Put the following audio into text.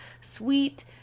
sweet